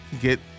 get